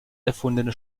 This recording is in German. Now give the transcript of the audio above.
erfundene